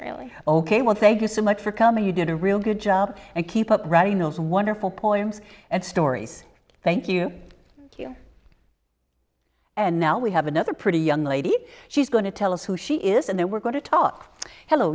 really ok well thank you so much for coming you did a real good job and keep up reading those wonderful points and stories thank you and now we have another pretty young lady she's going to tell us who she is and there we're going to talk hello